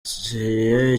ikibazo